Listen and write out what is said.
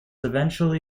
eventually